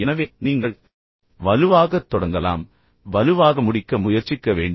எனவே நீங்கள் வலுவாகத் தொடங்கலாம் வலுவாக முடிக்க முயற்சிக்க வேண்டும்